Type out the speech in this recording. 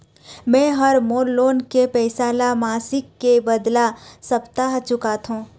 में ह मोर लोन के पैसा ला मासिक के बदला साप्ताहिक चुकाथों